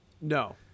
No